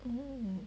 oh